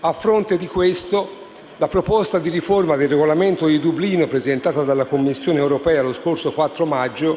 A fronte di questo, la proposta di riforma del regolamento di Dublino presentato dalla Commissione europea lo scorso 4 maggio